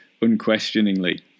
unquestioningly